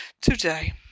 today